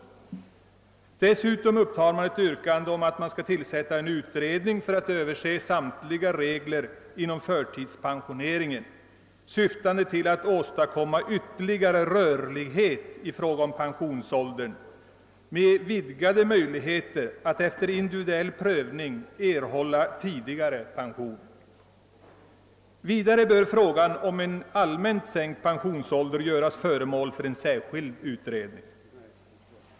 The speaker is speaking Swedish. Dessutom yrkas att en utredning tillsätts för att överse samtliga regler inom förtidspensioneringen, syftande till att åstadkomma ytterligare rörlighet i fråga om pensionsåldern med vidgade möjligheter att efter individuell prövning erhålla tidigare pension. Vidare bör frågan om en allmänt sänkt pensionsålder göras till föremål för en särskild utredning.